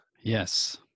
Yes